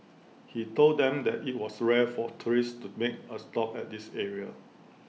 he told them that IT was rare for tourists to make A stop at this area